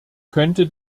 könnte